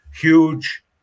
huge